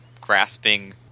grasping